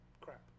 crap